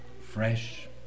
Fresh